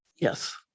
yes